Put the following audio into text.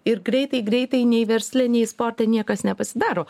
ir greitai greitai nei versle nei sporte niekas nepasidaro